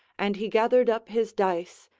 and he gathered up his dice,